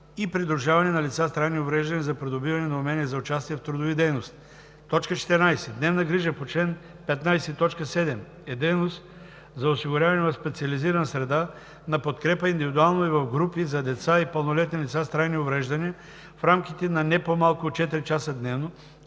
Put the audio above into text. и придружаване на лица е трайни увреждания за придобиване на умения за участие в трудови дейности. 14. „Дневна грижа“ по чл. 15, т. 7 е дейност за осигуряване в специализирана среда на подкрепа индивидуално и в групи за деца и пълнолетни лица с трайни увреждания в рамките на не по-малко от 4 часа дневно,